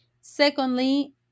Secondly